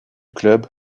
club